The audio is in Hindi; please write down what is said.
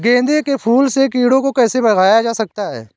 गेंदे के फूल से कीड़ों को कैसे भगाया जा सकता है?